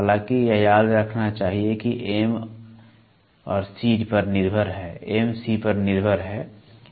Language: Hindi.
हालाँकि यह याद रखना चाहिए कि M C पर निर्भर है